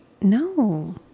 No